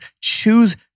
choose